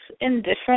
indifferent